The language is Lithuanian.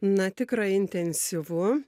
na tikrai intensyvu